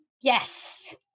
Yes